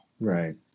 Right